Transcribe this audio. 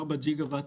ארבע ג'יגה וואט